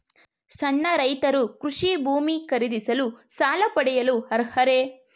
ಸಣ್ಣ ರೈತರು ಕೃಷಿ ಭೂಮಿ ಖರೀದಿಸಲು ಸಾಲ ಪಡೆಯಲು ಅರ್ಹರೇ?